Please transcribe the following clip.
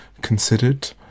considered